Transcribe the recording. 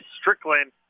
Strickland